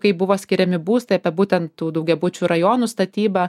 kaip buvo skiriami būstai apie būtent tų daugiabučių rajonų statybą